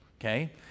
okay